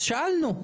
אז שאלנו: